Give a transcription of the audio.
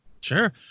Sure